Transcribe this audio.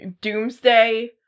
doomsday